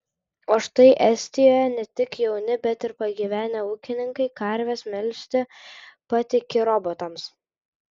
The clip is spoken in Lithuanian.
o štai estijoje ne tik jauni bet ir pagyvenę ūkininkai karves melžti patiki robotams